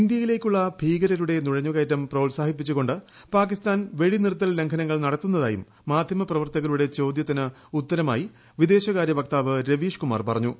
ഇന്ത്യയിലേക്കുള്ള ഭീകരരുടെ നുഴഞ്ഞുകയറ്റം പ്രോത്സാഹിപ്പിച്ചുകൊണ്ട് പാകിസ്ഥാൻ വെടിനിർത്തൽ ലംഘനങ്ങൾ നടത്തുന്നതായും മാധ്യമപ്രവർത്തകരുടെ ചോദ്യത്തിന് ഉത്തരമായി വിദേശകാര്യ വക്താവ് രവീഷ്കുമാർ പറഞ്ഞു